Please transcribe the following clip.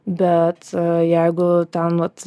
bet jeigu ten vat